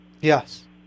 Yes